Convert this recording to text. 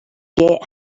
get